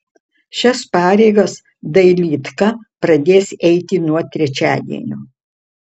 šias pareigas dailydka pradės eiti nuo trečiadienio